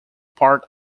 part